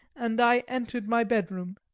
and i entered my bedroom.